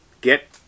get